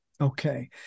Okay